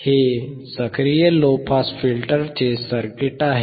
हे सक्रिय low pass फिल्टरचे सर्किट आहे